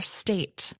state